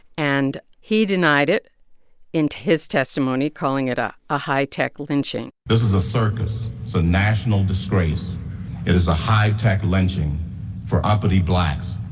and he denied it in his testimony, calling it a a high-tech lynching this is a circus. it's a national disgrace. it is a high-tech lynching for uppity blacks